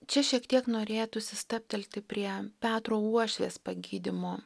čia šiek tiek norėtųsi stabtelti prie petro uošvės pagydymo